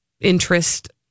interest